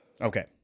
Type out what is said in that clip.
okay